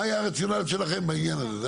מה היה הרציונל שלכם בעניין הזה.